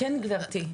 כן, גברתי.